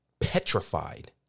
petrified